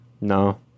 No